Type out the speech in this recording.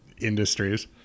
industries